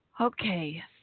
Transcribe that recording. Okay